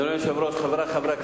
אדוני היושב-ראש, חברי חברי הכנסת,